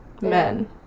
Men